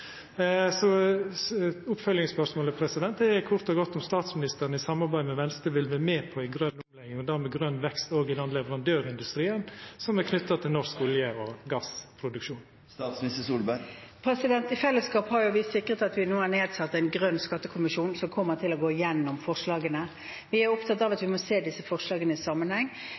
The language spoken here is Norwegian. er kort og godt om statsministeren i samarbeid med Venstre vil vera med på å danna grøn vekst òg innan leverandørindustrien som er knytt til norsk olje- og gassproduksjon. I fellesskap har vi sikret at vi nå har nedsatt en grønn skattekommisjon som kommer til å gå igjennom forslagene. Vi er opptatt av at